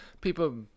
people